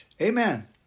Amen